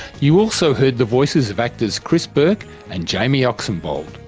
you also heard the voices of actors chris burke and jamie oxenbould.